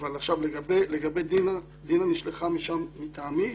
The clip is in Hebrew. לגבי דינה, דינה נשלחה לשם מטעמי,